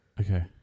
Okay